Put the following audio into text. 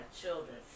children